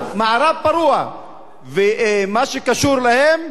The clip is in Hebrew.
פשוט מערב פרוע, מה שקשור אליהם,